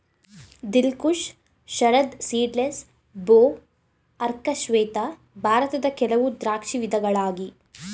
ದಿಲ್ Khush, Sharad seedless, ಭೋ, ಅರ್ಕ ಶ್ವೇತ ಭಾರತದ ಕೆಲವು ದ್ರಾಕ್ಷಿ ವಿಧಗಳಾಗಿ